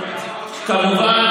על עכשיו.